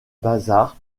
bazar